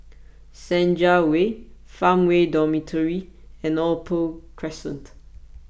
Senja Way Farmway Dormitory and Opal Crescent